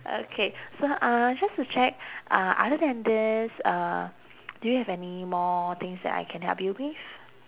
okay so uh just to check uh other than this uh do you have any more things that I can help you with